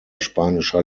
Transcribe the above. spanischer